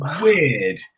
Weird